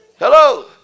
Hello